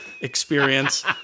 experience